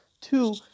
Two